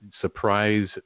surprise